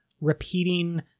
repeating